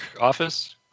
office